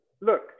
Look